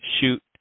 shoot